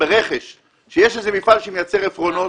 כשיש איזה מפעל שמייצר עפרונות,